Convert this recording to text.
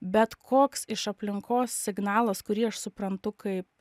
bet koks iš aplinkos signalas kurį aš suprantu kaip